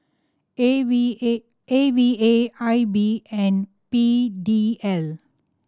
A V A A V A I B and P D L